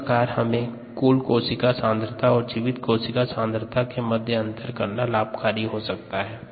इस प्रकार हमें कुल कोशिका सांद्रता और जीवित कोशिका सांद्रता के मध्य अंतर करना लाभकारी हो सकता है